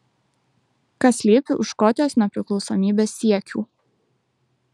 kas slypi už škotijos nepriklausomybės siekių